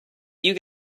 you